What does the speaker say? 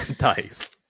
Nice